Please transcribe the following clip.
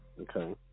Okay